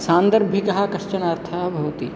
सान्दर्भिकः काश्चन अर्थः भवति